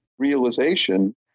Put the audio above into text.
realization